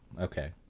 okay